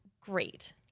great